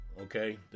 okay